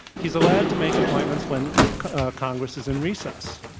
he's allowed to make appointments when congress is in recess,